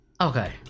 Okay